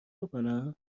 بکنم